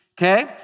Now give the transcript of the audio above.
Okay